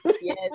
yes